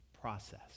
process